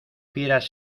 fieras